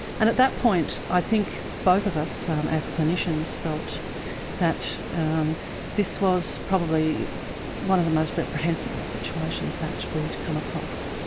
and at that point i think both of us um as clinicians felt that um this was probably one of most reprehensible situations that we'd come across,